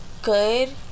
good